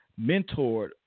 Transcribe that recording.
mentored